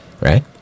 right